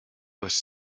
was